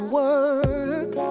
work